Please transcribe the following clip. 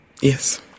Yes